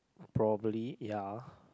probably ya